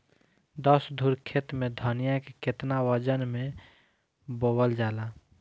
दस धुर खेत में धनिया के केतना वजन मे बोवल जाला?